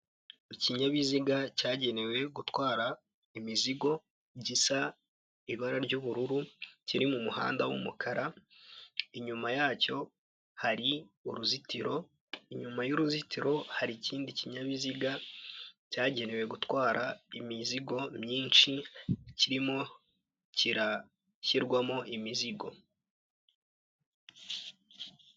Ikinyabiziga cyagenewe gutwara imizigo gisa ibara ry'ubururu kiri mu muhanda w'umukara. Inyuma yacyo hari uruzitiro, inyuma y'uruzitiro hari ikindi kinyabiziga cyagenewe gutwara imizigo myinshi kirimo kirashyirwamo imizigo.